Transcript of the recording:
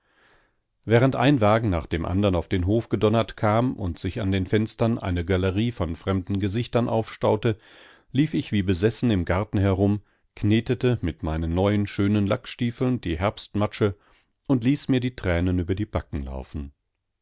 während ein wagen nach dem andern auf den hof gedonnert kam und sich an den fenstern eine galerie von fremden gesichtern aufstaute lief ich wie besessen im garten herum knetete mit meinen neuen schönen lackstiefeln die herbstmatsche und ließ mir die tränen über die backen laufen